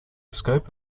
scope